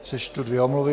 Přečtu dvě omluvy.